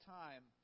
time